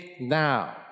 now